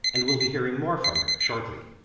and we'll be hearing more from her shortly.